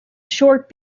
short